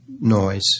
noise